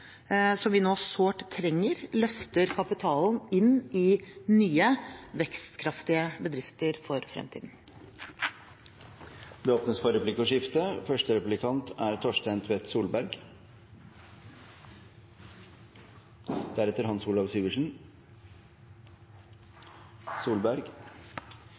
som vi nå sårt trenger løfter kapitalen inn i nye vekstkraftige bedrifter for fremtiden. Det blir replikkordskifte.